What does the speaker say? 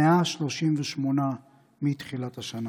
138 מתחילת השנה.